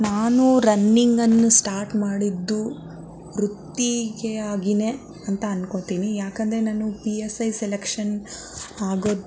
ನಾನು ರನ್ನಿಂಗನ್ನು ಸ್ಟಾಟ್ ಮಾಡಿದ್ದು ವೃತ್ತಿಗೆ ಆಗಿಯೇ ಅಂತ ಅಂದ್ಕೋತೀನಿ ಯಾಕೆಂದ್ರೆ ನಾನು ಪಿ ಎಸ್ ಐ ಸೆಲೆಕ್ಷನ್ ಆಗೋದು